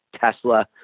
Tesla